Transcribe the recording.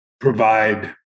provide